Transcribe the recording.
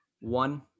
one